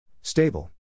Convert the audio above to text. Stable